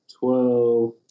twelve